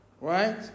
Right